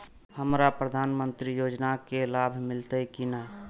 हमरा प्रधानमंत्री योजना के लाभ मिलते की ने?